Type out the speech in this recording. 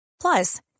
Plus